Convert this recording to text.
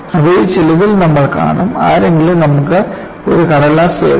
അവയിൽ ചിലത് നമ്മൾ കാണും ആരെങ്കിലും നമുക്ക് ഒരു കടലാസ് തരുന്നു